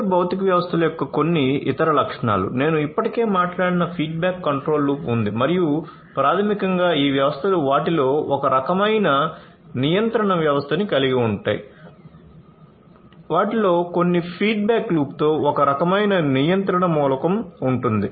cyber భౌతిక వ్యవస్థల యొక్క కొన్ని ఇతర లక్షణాలు నేను ఇప్పటికే మాట్లాడిన ఫీడ్బ్యాక్ కంట్రోల్ లూప్ ఉంది మరియు ప్రాథమికంగా ఈ వ్యవస్థలు వాటిలో ఒక రకమైన నియంత్రణ వ్యవస్థను కలిగి ఉంటాయి వాటిలో కొన్ని ఫీడ్బ్యాక్ లూప్తో ఒక రకమైన నియంత్రణ మూలకం ఉంటుంది